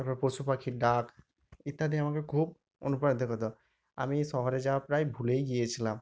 তারপর পশু পাখির ডাক ইত্যাদি আমাকে খুব অনুপ্রাণিত করতো আমি শহরে যাওয়া প্রায় ভুলেই গিয়েছিলাম